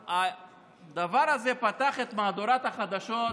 הדבר הזה פותח את מהדורת החדשות